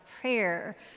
prayer